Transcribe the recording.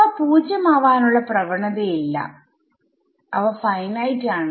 അവ പൂജ്യം ആവാനുള്ള പ്രവണത ഇല്ല അവ ഫൈനൈറ്റ് ആണ്